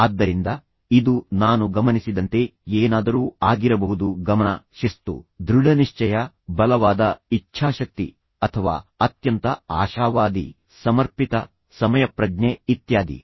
ಆದ್ದರಿಂದ ಇದು ನಾನು ಗಮನಿಸಿದಂತೆ ಏನಾದರೂ ಆಗಿರಬಹುದು ಗಮನ ಶಿಸ್ತು ದೃಢನಿಶ್ಚಯ ಬಲವಾದ ಇಚ್ಛಾಶಕ್ತಿ ಅಥವಾ ಅತ್ಯಂತ ಆಶಾವಾದಿ ಸಮರ್ಪಿತ ಸಮಯಪ್ರಜ್ಞೆ ಇತ್ಯಾದಿ